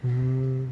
hmm